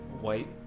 white